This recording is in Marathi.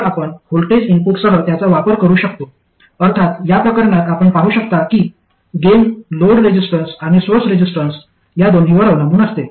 तर आपण व्होल्टेज इनपुटसह त्याचा वापर करू शकतो अर्थात या प्रकरणात आपण पाहू शकता की गेन लोड रेसिस्टन्स आणि सोर्स रेसिस्टन्स या दोन्हीवर अवलंबून असते